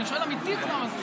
אני שואל באמת את סגן השר.